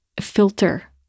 filter